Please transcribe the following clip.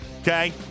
Okay